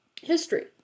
History